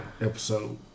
episode